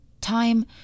time